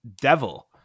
devil